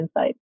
insight